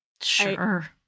Sure